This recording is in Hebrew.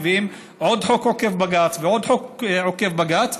מביאים עוד חוק עוקף בג"ץ ועוד חוק עוקף בג"ץ.